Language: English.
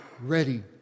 ready